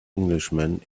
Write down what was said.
englishman